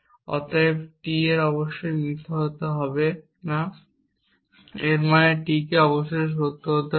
অতএব T এর অবশ্যই মিথ্যা হতে হবে না এর মানে T অবশ্যই সত্য হতে হবে